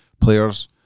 players